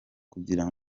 kugikora